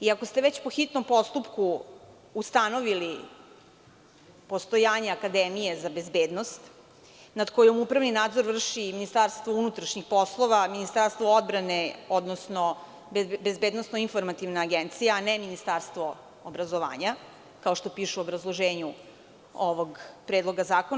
Iako ste već po hitnom postupku ustanovili postojanje Akademije za bezbednost nad kojom upravni nadzor vrši Ministarstvo unutrašnjih poslova, Ministarstvo odbrane, odnosno Bezbednosno-informativna agencija, a ne Ministarstvo obrazovanja, kao što piše u obrazloženju ovog predloga zakona.